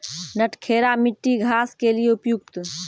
नटखेरा मिट्टी घास के लिए उपयुक्त?